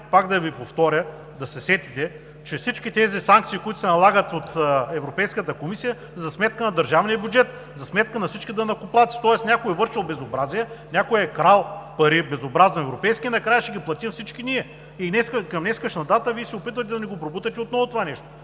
пак да Ви повторя да се сетите, че всички тези санкции, които се налагат от Европейската комисия са за сметка на държавния бюджет, за сметка на всички данъкоплатци. Тоест някой е вършил безобразия, някой е крал безобразно европейски пари и накрая ще ги платим всички ние. Към днешна дата Вие се опитвате да ни пробутате отново това нещо.